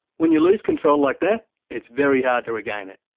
when you lose control like that, it's very hard to regain it.